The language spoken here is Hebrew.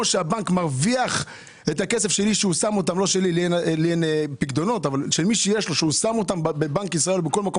שהבנק מרוויח מהכסף של מי ששם את הכסף בבנק ישראל או בכל מקום